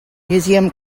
museum